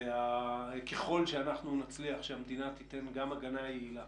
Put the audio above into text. ככל שאנחנו נצליח שהמדינה תיתן הגנה יעילה